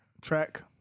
track